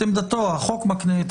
שלא החוקר ולא התובע ולא הסנגור,